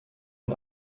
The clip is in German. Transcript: den